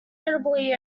notably